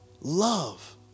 love